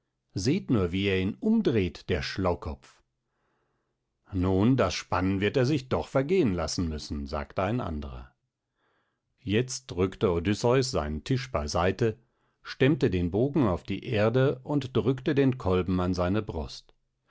seht nur wie er ihn umdreht der schlaukopf nun das spannen wird er sich doch vergehen lassen müssen sagte ein andrer jetzt rückte odysseus seinen tisch bei seite stemmte den bogen auf die erde und drückte den kolben an seine brust